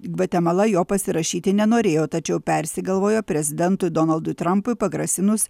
gvatemala jo pasirašyti nenorėjo tačiau persigalvojo prezidentui donaldui trampui pagrasinus